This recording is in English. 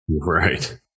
Right